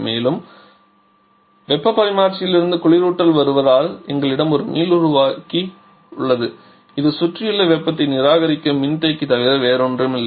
மேலும் வெப்பப் பரிமாற்றியிலிருந்து குளிரூட்டல் வருவதால் எங்களிடம் ஒரு மீளுருவாக்கி உள்ளது இது சுற்றியுள்ள வெப்பத்தை நிராகரிக்கும் மின்தேக்கி தவிர வேறில்லை